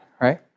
right